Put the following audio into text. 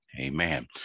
Amen